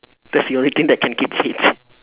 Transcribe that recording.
that's the only thing that can keep fit